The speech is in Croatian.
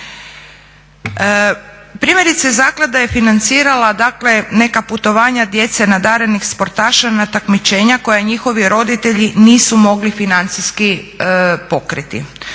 Primjerice, zaklada je financirala neka putovanja djece nadarenih sportaša na takmičenja koje njihovi roditelji nisu mogli financijski pokriti.